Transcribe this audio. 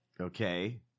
Okay